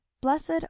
Blessed